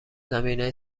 زمینه